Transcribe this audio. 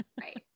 right